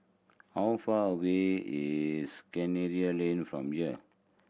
how far away is Kinara Lane from here